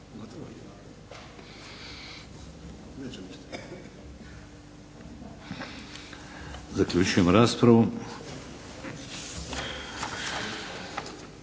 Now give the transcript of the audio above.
Zaključujem raspravu.